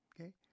okay